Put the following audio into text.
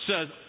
says